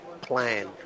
plan